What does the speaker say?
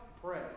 pray